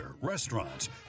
restaurants